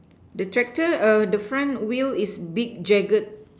the tractor err the front wheel is big jagged